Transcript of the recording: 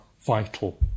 vital